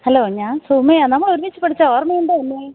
hello ഞാന് സുമിയാണ് നമ്മൾ ഒരുമിച്ചു പഠിച്ചതാണ് ഓര്മയുണ്ടോ എന്നെ